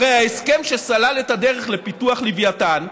הרי ההסכם שסלל את הדרך לפיתוח לווייתן,